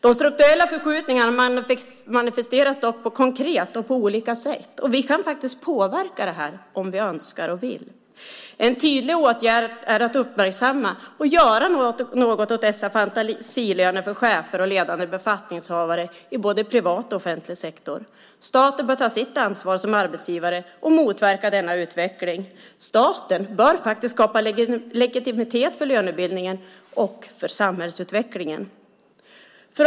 De strukturella förskjutningarna manifesteras dock konkret och på olika sätt, och vi kan faktiskt påverka det här om vi önskar och vill. En tydlig åtgärd är att uppmärksamma och göra något åt dessa fantasilöner för chefer och ledande befattningshavare i både privat och offentlig sektor. Staten bör ta sitt ansvar som arbetsgivare och motverka denna utveckling. Staten bör faktiskt skapa legitimitet för lönebildningen och för samhällsutvecklingen.